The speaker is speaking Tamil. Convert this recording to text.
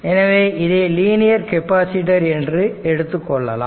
எனவே இதை லீனியர் கெபாசிட்டர் என்று எடுத்துக்கொள்ளலாம்